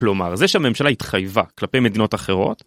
כלומר, זה שהממשלה התחייבה כלפי מדינות אחרות?